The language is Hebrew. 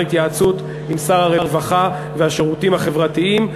התייעצות עם שר הרווחה והשירותים החברתיים.